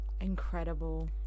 Incredible